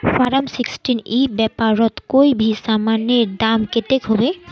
Form sixteen ई व्यापारोत कोई भी सामानेर दाम कतेक होबे?